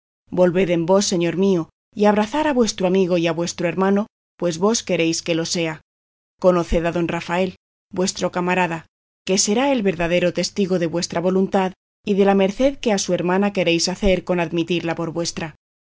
volved en vos señor mío y abrazad a vuestro amigo y a vuestro hermano pues vos queréis que lo sea conoced a don rafael vues tro camarada que será el verdadero testigo de vuestra voluntad y de la merced que a su hermana queréis hacer con admitirla por vuestra